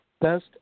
best